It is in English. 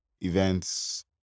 events